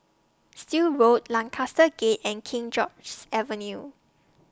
Still Road Lancaster Gate and King George's Avenue